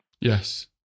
yes